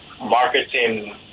marketing